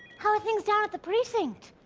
how are things down at the precinct?